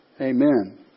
Amen